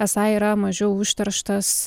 esą yra mažiau užterštas